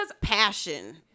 passion